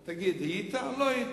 תגיד, היית או לא היית?